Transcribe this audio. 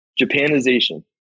Japanization